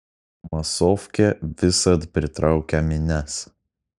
masofkė visad pritraukia minias